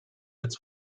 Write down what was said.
its